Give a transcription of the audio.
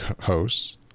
hosts